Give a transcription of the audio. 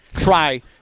try